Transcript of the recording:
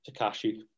Takashi